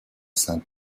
saint